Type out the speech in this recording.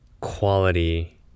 quality